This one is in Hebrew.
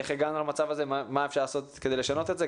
איך הגענו למצב הזה ומה אפשר לעשות כדי לשנות את זה,